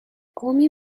قومی